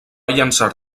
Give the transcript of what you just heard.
llençar